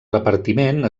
repartiment